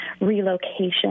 relocation